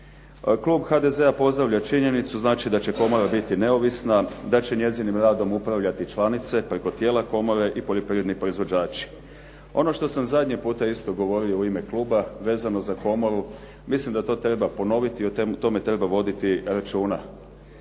Klub HDZ-a pozdravlja činjenicu, znači da će komora biti neovisna, da će njezinim radom upravljati članice preko tijela komore i poljoprivredni proizvođači. Ono što sam zadnji puta govorio u ime kluba vezano za komoru, mislim da to treba ponoviti i o tomu treba voditi računa.